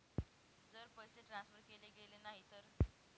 जर पैसे ट्रान्सफर केले गेले नाही तर?